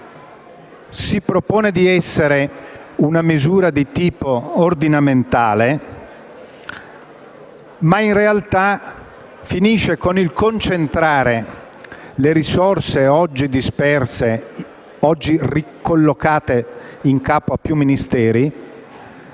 Si propone di essere una misura di tipo ordinamentale, ma, in realtà, finisce con il concentrare le risorse oggi disperse e ricollocate in capo a più Ministeri